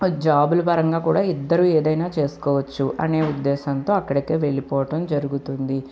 జాబ్ల పరంగా కూడా ఇద్దరు ఏదైనా చేసుకోవచ్చు అనే ఉద్దేశంతో అక్కడకే వెళ్ళిపోవటం జరుగుతుంది